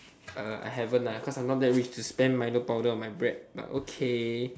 uh I haven't ah cause I not that rich to spam milo powder on my bread but okay